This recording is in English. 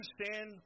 understand